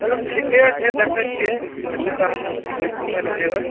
चलू ठीके छै देखै छियै हेतै तऽ हमहुँ जे छै घुमै लए जेबै